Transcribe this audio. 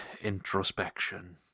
introspection